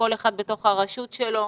כל אחד בתוך הרשות שלו,